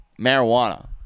marijuana